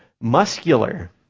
muscular